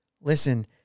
listen